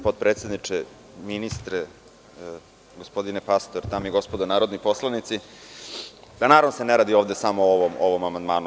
Potpredsedniče, ministre, gospodine Pastor, dame i gospodo narodni poslanici, naravno da se ne radi ovde samo o ovom amandmanu.